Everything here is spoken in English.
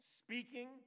speaking